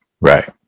Right